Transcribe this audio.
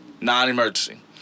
non-emergency